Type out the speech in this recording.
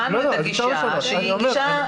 הבנו את הגישה שהיא גישה,